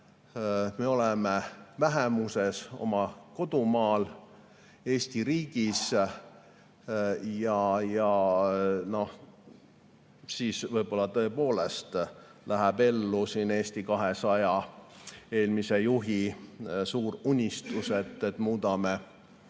me oleme vähemuses oma kodumaal, Eesti riigis. Ja siis võib-olla tõepoolest läheb [täide] Eesti 200 eelmise juhi suur unistus, et muudame